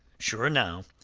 sure, now,